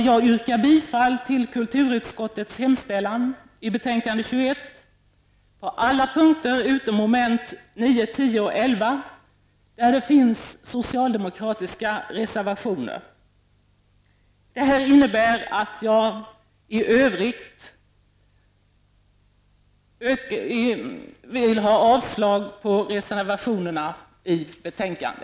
Jag yrkar bifall till kulturutskottets hemställan i dess betänkande nr 21 på alla punkter utom mom. 9, 10 och 11, där det finns socialdemokratiska reservationer. Detta innebär att jag yrkar avslag på de övriga reservationerna vid betänkande.